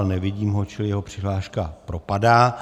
Nevidím ho, čili jeho přihláška propadá.